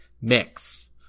mix